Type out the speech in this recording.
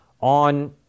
on